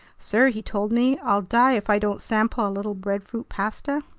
sir, he told me, i'll die if i don't sample a little breadfruit pasta!